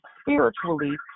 spiritually